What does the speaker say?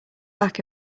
back